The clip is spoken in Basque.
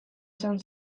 izan